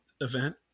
event